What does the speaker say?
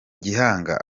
gihanga